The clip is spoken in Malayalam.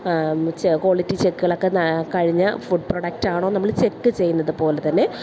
ക്വാളിറ്റി ചെക്കുകളൊക്കെ കഴിഞ്ഞ ഫുഡ് പ്രൊഡക്റ്റാണോ എന്ന് നമ്മൾ ചെക്ക് ചെയ്യുന്നത് പോലെ തന്നെ